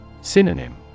Synonym